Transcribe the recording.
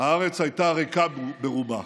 הארץ הייתה ריקה ברובה,